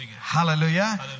Hallelujah